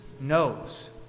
knows